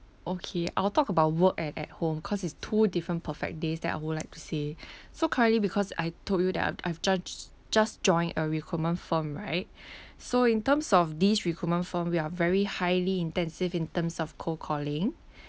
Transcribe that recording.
okay I'll talk about work and at home cause it's two different perfect days that I would like to say so currently because I told you that I've I've just just joined a recruitment firm right so in terms of these recruitment firm we are very highly intensive in terms of cold calling